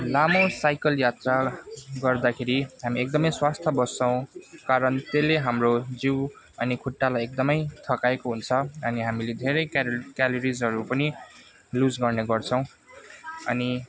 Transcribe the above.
लामो साइकल यात्रा गर्दाखेरि हामी एकदमै स्वस्थ्य बस्छौँ कारण त्यसले हाम्रो जिउ अनि खुट्टालाई एकदमै थकाएको हुन्छ अनि हामीले धेरै क्यालो क्यालोरिजहरू पनि लुज गर्ने गर्छौँ अनि